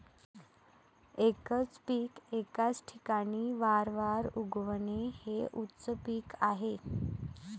एकच पीक एकाच ठिकाणी वारंवार उगवणे हे उच्च पीक आहे